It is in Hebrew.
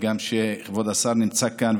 שגם כבוד השר נמצא כאן,